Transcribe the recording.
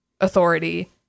authority